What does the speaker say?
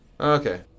Okay